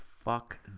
Fuck